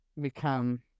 become